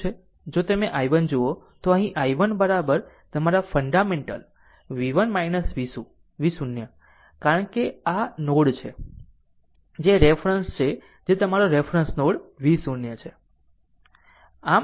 જો તમે i1 જુઓ તો અહીં i1 તમારા ફન્ડામેન્ટલ v1 0 કારણ કે આ એક નોડ છે જે રેફરન્સ છે જે તમારો રેફરન્સ નોડ v 0 છે